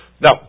Now